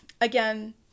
again